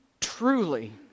truly